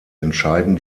entscheiden